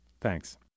Thanks